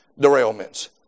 derailments